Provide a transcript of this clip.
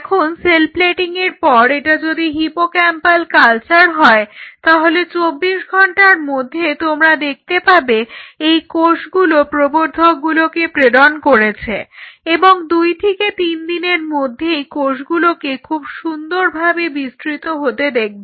এখন cell plating এর পর এটা যদি হিপোক্যাম্পাল কালচার হয় তাহলে 24 ঘণ্টার মধ্যে তোমরা দেখতে পাবে এই কোষগুলো প্রবর্ধকগুলোকে প্রেরণ করেছে এবং দুই থেকে তিনদিনের মধ্যেই কোষগুলোকে খুব সুন্দর ভাবে বিস্তৃত হতে দেখবে